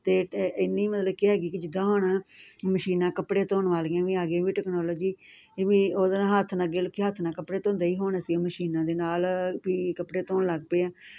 ਅਤੇ ਇ ਇੰਨੀ ਮਤਲਬ ਕਿ ਹੈਗੀ ਕਿ ਜਿੱਦਾਂ ਹੁਣ ਮਸ਼ੀਨਾਂ ਕੱਪੜੇ ਧੋਣ ਵਾਲੀਆਂ ਵੀ ਆ ਗਈਆਂ ਵੀ ਟੈਕਨੋਲੋਜੀ ਇਵੇਂ ਉਹਦੇ ਨਾਲ ਹੱਥ ਨਾਲ ਗਿਲ ਕੇ ਹੱਥ ਨਾਲ ਕੱਪੜੇ ਧੋਂਦੇ ਹੀ ਹੋਣ ਅਸੀਂ ਮਸ਼ੀਨਾਂ ਦੇ ਨਾਲ ਵੀ ਕੱਪੜੇ ਧੋਣ ਲੱਗ ਪਏ